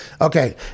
okay